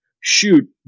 shoot